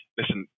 listen